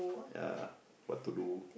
ya what to do